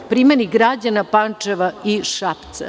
Primeri građana Pančeva i Šapca.